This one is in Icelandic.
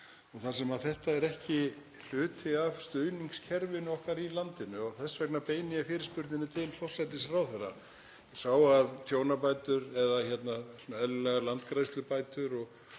þar sem þetta er ekki hluti af stuðningskerfinu okkar í landinu. Og þess vegna beini ég fyrirspurninni til forsætisráðherra. Ég sá að eðlilegar landgræðslubætur